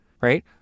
right